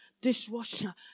dishwasher